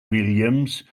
williams